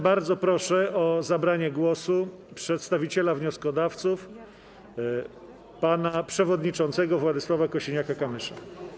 Bardzo proszę o zabranie głosu przedstawiciela wnioskodawców pana przewodniczącego Władysława Kosiniaka-Kamysza.